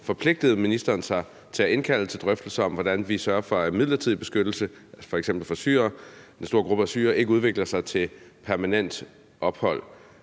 forpligtede ministeren sig til at indkalde til drøftelser om, hvordan vi sørger for, at midlertidig beskyttelse, f.eks. for den store gruppe af syrere, ikke udvikler sig til permanent ophold,